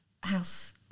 house